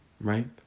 right